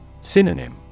Synonym